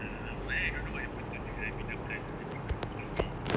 ya but then I don't know what happened to the Ribena plant ah I think my mum throw away already